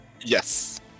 yes